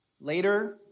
Later